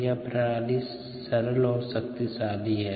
यह प्रणाली सरल और शक्तिशाली है